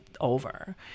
over